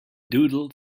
doodle